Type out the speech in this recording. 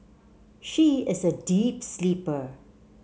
she is a deep sleeper